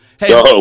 Hey